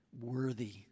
worthy